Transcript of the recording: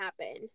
happen